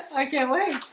i can't wait